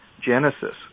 Genesis